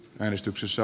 eristyksissä